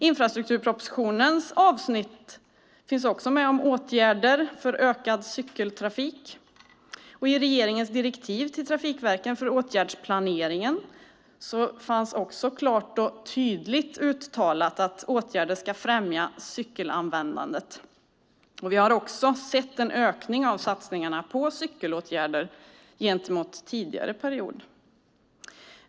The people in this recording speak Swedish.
Infrastrukturpropositionens avsnitt om åtgärder för ökad cykeltrafik finns också med. I regeringens direktiv till trafikverken för åtgärdsplaneringen finns klart och tydligt uttalat att åtgärderna ska främja cykelanvändandet. Vi har också sett en ökning av satsningarna på cykelåtgärder jämfört med tidigare period.